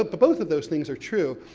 but but both of those things are true.